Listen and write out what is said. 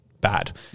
bad